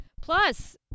Plus